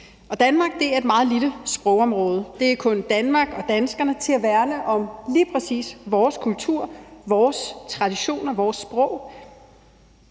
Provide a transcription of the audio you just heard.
Danmark er et meget lille sprogområde – der er kun danskerne til at værne om lige præcis vores kultur, vores traditioner, vores sprog.